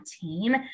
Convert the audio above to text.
team